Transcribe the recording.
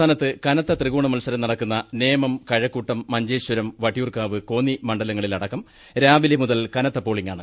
സംസ്ഥാനത്ത് കനത്ത ത്രികോണ മത്സരം നടക്കുന്ന നേമം കഴക്കൂട്ടം മഞ്ചേശ്വരം വട്ടിയൂർക്കാവ് കോന്നി മണ്ഡലങ്ങളിലടക്കം രാവിലെ മുതൽ കനത്ത പോളിങാണ്